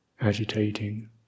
agitating